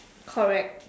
correct